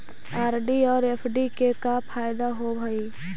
RD और FD के का फायदा होव हई?